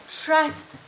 trust